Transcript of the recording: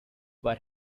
but